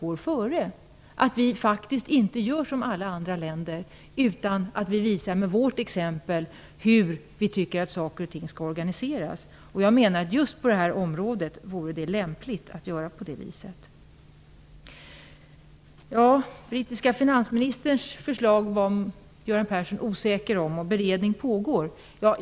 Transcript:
Vi gör faktiskt inte som alla andra länder utan visar med vårt exempel hur vi tycker att saker och ting skall organiseras. Jag menar att det just på det här området vore lämpligt att göra på det viset. Göran Persson var osäker inför den brittiske finansministerns förslag, och beredning av det pågår.